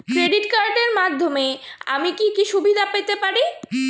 Credit কার্ডের মাধ্যমে আমি কি কি সুবিধা পেতে পারি?